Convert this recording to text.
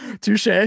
Touche